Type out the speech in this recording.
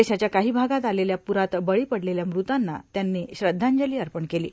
देशाच्या काहो भागात आलेल्या प्ररात बळी पडलेल्या मृतांना त्यांनी श्रध्दांजलो अपण केलो